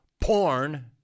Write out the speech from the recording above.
porn